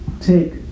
take